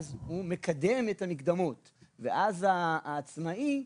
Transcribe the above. הוא מקדם את המקדמות ואז העצמאי,